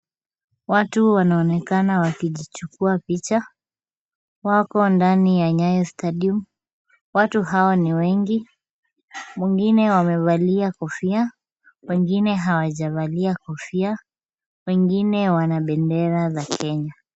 Watu wanaonekana wakijichukua picha. Wako ndani ya Nyayo Stadium. Watu hawa ni wengi. Mwengine wamevalia kofia, wengine hawajavalia kofia, wengine wana bendera za Kenya.